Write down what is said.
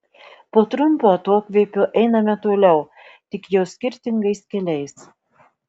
po trumpo atokvėpio einame toliau tik jau skirtingais keliais